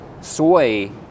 soy